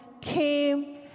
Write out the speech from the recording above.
came